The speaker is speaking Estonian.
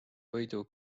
võidu